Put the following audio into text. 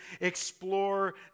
explore